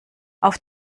auf